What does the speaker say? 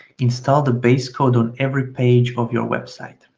install the base code on every page of your website.